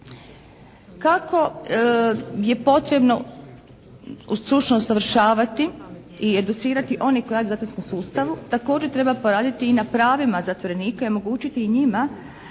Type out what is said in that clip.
Kako je potrebno stručno usavršavati i educirati one koji rade u zatvorskom sustavu također treba poraditi i na pravima zatvorenika i omogućiti i njima